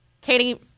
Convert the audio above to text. Katie